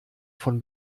von